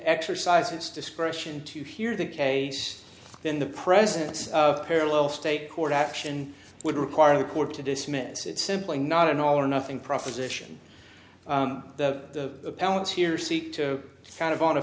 exercise its discretion to hear the case in the presence of parallel state court action would require the court to dismiss it's simply not an all or nothing proposition the appellant's here seek to kind of on a